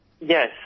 yes